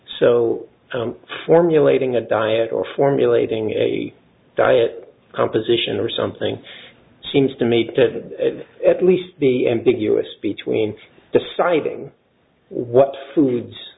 so formulating a diet or formulating a diet composition or something seems to me to at least be ambiguous between deciding what foods